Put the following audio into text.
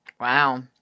Wow